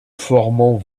formant